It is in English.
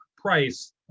price